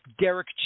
Derek